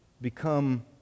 become